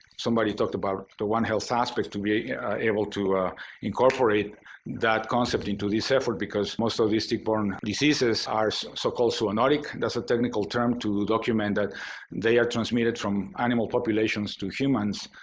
somebody talked about the one health aspect to be able to incorporate that concept into this effort because most of these tick-borne diseases are so so-called so zoonotic. that's a technical term to document that they are transmitted from animal populations to humans,